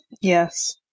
Yes